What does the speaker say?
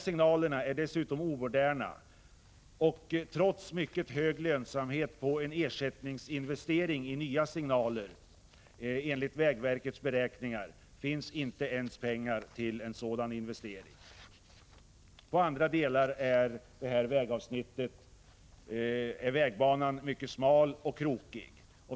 Signalerna är dessutom omoderna, och trots mycket hög lönsamhet på en ersättningsinvestering i nya signaler enligt vägverkets beräkningar, finns inte ens pengar till en sådan. På andra delar av vägavsnittet är vägbanan mycket smal och krokig.